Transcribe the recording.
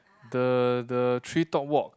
the the treetop walk